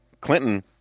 Clinton